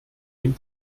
dem